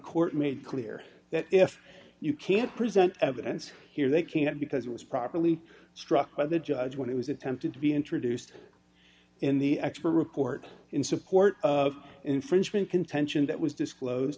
court made clear that if you can't present evidence here they cannot because it was properly struck by the judge when it was attempted to be introduced in the expert report d in support of infringement contention that was disclose